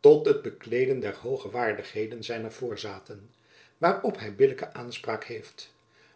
tot het bekleeden der hooge waardigheden zijner voorzaten waarop hy billijke aanspraak heeft